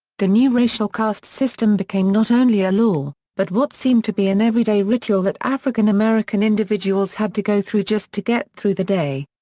the new racial caste system became not only a law, but what seemed to be an everyday ritual that african american individuals had to go through just to get through the day.